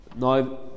now